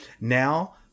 Now